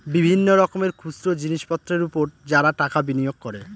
বিভিন্ন রকমের খুচরো জিনিসপত্রের উপর যারা টাকা বিনিয়োগ করে